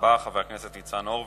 תודה רבה, חבר הכנסת ניצן הורוביץ.